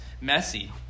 messy